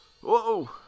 Whoa